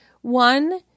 One